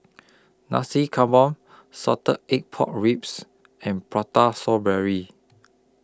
Nasi Campur Salted Egg Pork Ribs and Prata Saw Berry